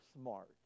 smart